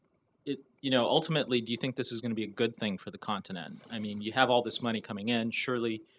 you know, ultimately do you think this is going to be a good thing for the continent? i mean, you have all this money coming in surely,